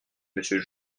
monsieur